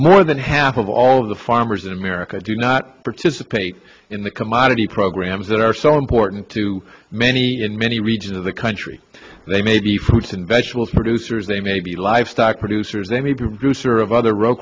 more than half of all of the farmers in america do not participate in the commodity programs that are so important to many in many regions of the country they may be fruits and vegetables producers they may be livestock producers any producer of other r